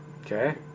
Okay